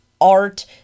art